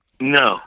No